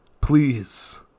please